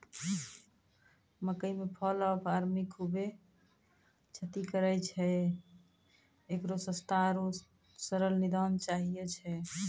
मकई मे fall of army खूबे क्षति करेय छैय, इकरो सस्ता आरु सरल निदान चाहियो छैय?